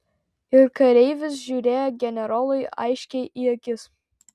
ir kareivis žiūrėjo generolui aiškiai į akis